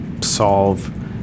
solve